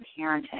Parenting